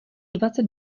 dvacet